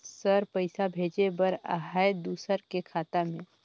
Sir पइसा भेजे बर आहाय दुसर के खाता मे?